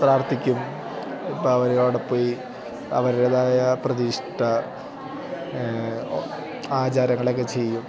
പ്രാർത്ഥിക്കും ഇപ്പം അവരവിടെപ്പോയി അവരുടേതായ പ്രതിഷ്ഠ ആചാരങ്ങളൊക്കെ ചെയ്യും